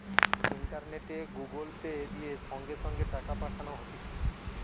ইন্টারনেটে Google Pay, দিয়ে সঙ্গে সঙ্গে টাকা পাঠানো হতিছে